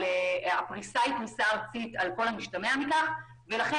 אבל הפרישה היא פרישה ארצית על כל המשתמע מכך ולכן